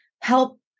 help